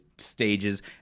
Stages